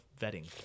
vetting